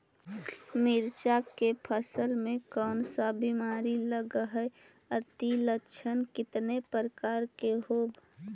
मीरचा के फसल मे कोन सा बीमारी लगहय, अती लक्षण कितने प्रकार के होब?